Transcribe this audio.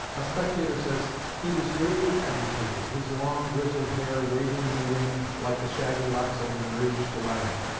a spectator says he was greatly agitated, his long grizzled hair waving in the wind, like the shaggy locks of an enraged lion